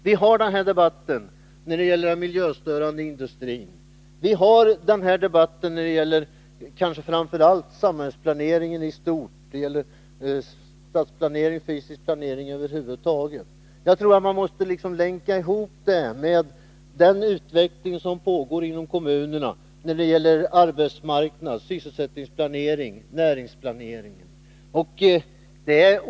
Vi har debatten om den miljöstörande industrin, och vi har debatten om samhällsplaneringen i stort — stadsplanering och fysisk planering över huvud taget. Jag tror att man liksom måste länka ihop detta med den utveckling som pågår inom kommunerna när det gäller arbetsmarknad, sysselsättningsplanering och näringsplanering.